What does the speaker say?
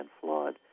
flawed